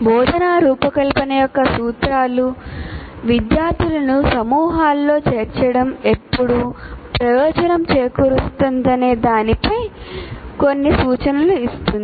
బోధనా రూపకల్పన యొక్క సూత్రాలు విద్యార్థులను సమూహాలలో చేర్చడం ఎప్పుడు ప్రయోజనం చేకూరుస్తుందనే దానిపై కొన్ని సూచనలు ఇస్తుంది